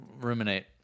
ruminate